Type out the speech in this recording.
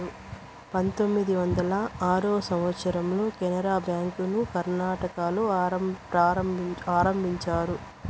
పంతొమ్మిది వందల ఆరో సంవచ్చరంలో కెనరా బ్యాంకుని కర్ణాటకలో ఆరంభించారు